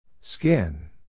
Skin